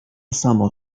samo